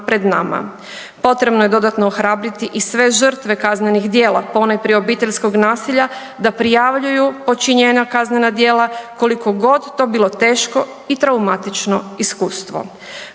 pred nama. Potrebno je dodatno ohrabriti i sve žrtve kaznenih djela, ponajprije obiteljskog nasilja da prijavljuju počinjena kaznena djela koliko god to bilo teško i traumatično iskustvo.